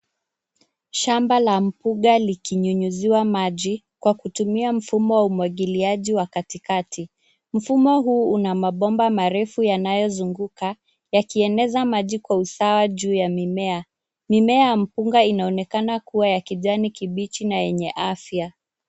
Shamba la mpunga likinyunyuziwa maji kwa kutumia mfumo wa umwagiliaji wa katikati. Mfumo huu una mabomba marefu yanayozunguka, yakieneza maji kwa usawa juu ya mimea. Mimea ya mpunga inaonekana kuwa ya kijani kibichi na yenye afya.